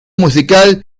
musical